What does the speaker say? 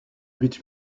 but